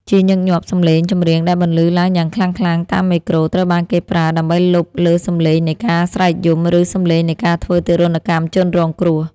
ជាញឹកញាប់ សម្លេងចម្រៀងដែលបន្លឺឡើងយ៉ាងខ្លាំងៗតាមមេក្រូ ត្រូវបានគេប្រើដើម្បីលុបលើសម្លេងនៃការស្រែកយំ ឬសម្លេងនៃការធ្វើទារុណកម្មជនរងគ្រោះ